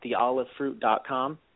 theolivefruit.com